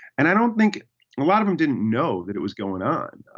and i don't think a lot of them didn't know that it was going on.